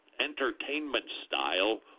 entertainment-style